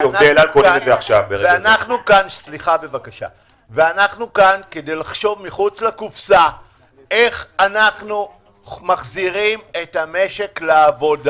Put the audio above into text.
אנחנו כאן כדי לחשוב מחוץ לקופסה איך אנחנו מחזירים את המשק לעבודה.